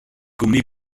gwmni